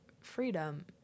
freedom